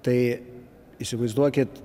tai įsivaizduokit